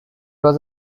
was